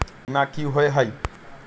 बीमा की होअ हई?